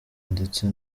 ndetse